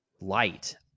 light